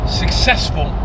successful